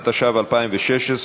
התשע"ו 2016,